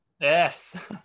Yes